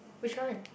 which one